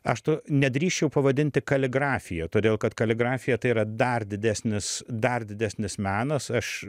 aš to nedrįsčiau pavadinti kaligrafija todėl kad kaligrafija tai yra dar didesnis dar didesnis menas aš